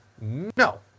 No